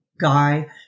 guy